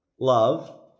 love